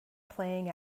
playing